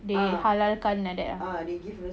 they halalkan like that ah